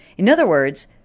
in other words,